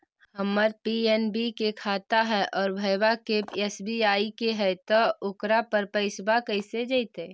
हमर पी.एन.बी के खाता है और भईवा के एस.बी.आई के है त ओकर पर पैसबा कैसे जइतै?